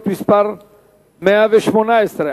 הכלכלית (תיקוני חקיקה ליישום התוכנית הכלכלית לשנים 2009 ו-2010),